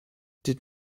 did